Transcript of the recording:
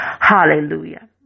Hallelujah